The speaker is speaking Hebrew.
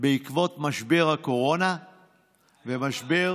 בעקבות משבר הקורונה ומשבר,